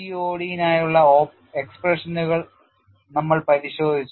CTOD നായുള്ള എക്സ്പ്രഷനുകൾ നമ്മൾ പരിശോധിച്ചു